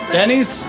Denny's